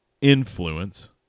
influence